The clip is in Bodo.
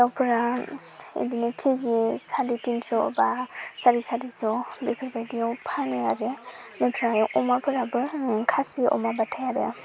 दावफोरा एदिनो केजि साराय थिनस' बा साराय सारिस' बेफोर बायदियाव फानो आरो बेनिफ्राय अमाफोराबो खासि अमाबाथाय आरो